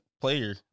player